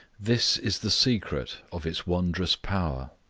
this is the secret of its wondrous power.